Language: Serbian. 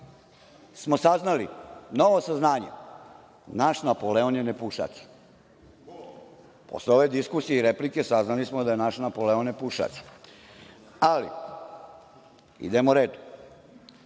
Nego, saznali smo novo saznanje – naš Napoleon je nepušač. Posle ove diskusije i replike saznali smo da je naš Napoleon nepušač. Ali, idemo redom.